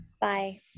Bye